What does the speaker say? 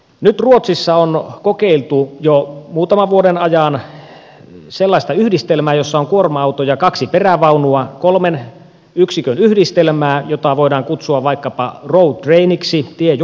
nyt ruotsissa on kokeiltu jo muutaman vuoden ajan sellaista yhdistelmää jossa on kuorma auto ja kaksi perävaunua kolmen yksikön yhdistelmää jota voidaan kutsua vaikkapa road trainiksi tiejunaksi